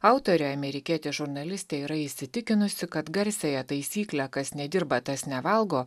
autorė amerikietė žurnalistė yra įsitikinusi kad garsiąją taisyklę kas nedirba tas nevalgo